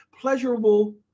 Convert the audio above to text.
pleasurable